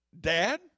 dad